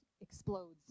explodes